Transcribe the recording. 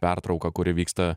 pertrauką kuri vyksta